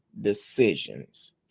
decisions